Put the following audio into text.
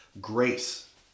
Grace